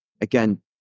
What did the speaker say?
again